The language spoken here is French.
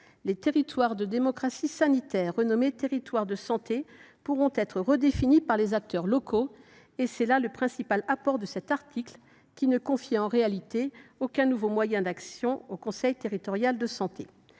Les territoires de démocratie sanitaire, renommés territoires de santé, pourront être redéfinis par les acteurs locaux : tel est le principal apport de cet article, qui ne confie en réalité aucun nouveau moyen d’action au conseil territorial de santé.